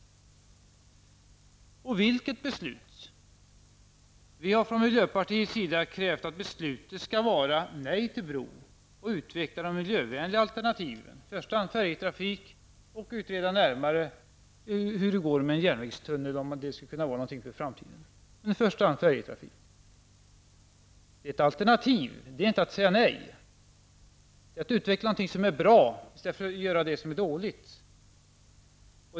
Vilket beslut? Vi har från miljöpartiets sida krävt att beslutet skall vara nej till bron och att man skall utveckla de miljövänliga alternativen, i första hand färjetrafik och sedan utreda närmare en järnvägstunnel för framtiden. Det är ett alternativ -- det är inte att säga nej. Det är att utveckla någonting som är bra i stället för att göra det som är dåligt.